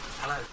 hello